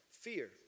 fear